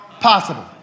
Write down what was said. possible